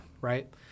Right